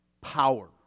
power